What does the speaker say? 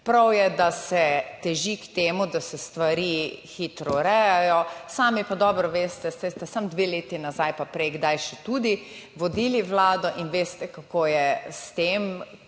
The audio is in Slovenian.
Prav je, da se teži k temu, da se stvari hitro urejajo, sami pa dobro veste, saj ste samo dve leti nazaj, pa prej še kdaj, tudi vodili Vlado in veste, kako je s tem,